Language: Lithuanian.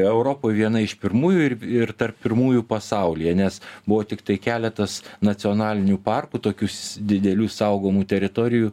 europoj viena iš pirmųjų ir tarp pirmųjų pasaulyje nes buvo tiktai keletas nacionalinių parkų tokius didelių saugomų teritorijų